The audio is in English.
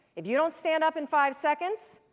if you don't stand up in five seconds,